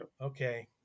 Okay